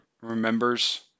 remembers